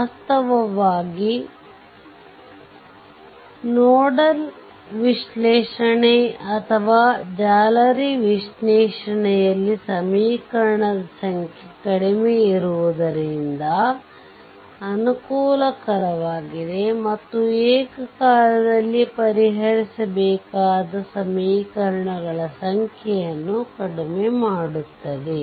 ವಾಸ್ತವವಾಗಿ ನೋಡಲ್ ವಿಶ್ಲೇಷಣೆ ಅಥವಾ ಜಾಲರಿ ವಿಶ್ಲೇಷಣೆಯಲ್ಲಿ ಸಮೀಕರಣದ ಸಂಖ್ಯೆ ಕಡಿಮೆ ಇರುವುದರಿಂದ ಅನುಕೂಲಕರವಾಗಿದೆ ಮತ್ತು ಏಕಕಾಲದಲ್ಲಿ ಪರಿಹರಿಸಬೇಕಾದ ಸಮೀಕರಣಗಳ ಸಂಖ್ಯೆಯನ್ನು ಕಡಿಮೆ ಮಾಡುತ್ತದೆ